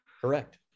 Correct